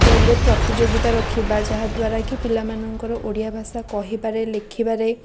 ସ୍କୁଲ୍ରେ ପ୍ରତିଯୋଗିତା ରଖିବା ଯାହାଦ୍ୱାରାକି ପିଲାମାନଙ୍କର ଓଡ଼ିଆ ଭାଷା କହିବାରେ ଲେଖିବାରେ